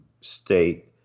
state